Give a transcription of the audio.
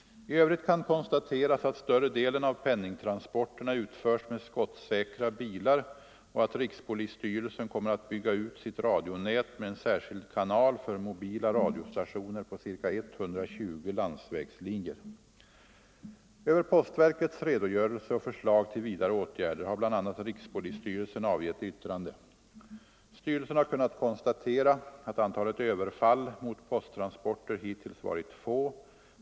I övrigt kan konstateras att större delen av penningtransporterna utförs med skottsäkra bilar och att rikspolisstyrelsen kommer att bygga ut sitt radionät med en särskild kanal för mobila radiostationer på ca 120 landsvägslinjer. Över postverkets redogörelse och förslag till vidare åtgärder har bl.a. rikspolisstyrelsen avgett yttrande. Styrelsen har kunnat konstatera att antalet överfall mot posttransporter hittills varit få.